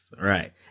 Right